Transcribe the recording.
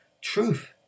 truth